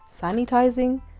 sanitizing